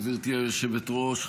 גברתי היושבת-ראש.